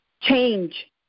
change